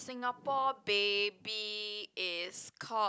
Singapore baby is called